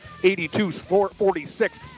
82-46